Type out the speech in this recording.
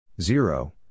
zero